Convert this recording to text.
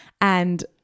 And-